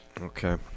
Okay